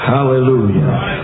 Hallelujah